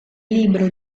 libro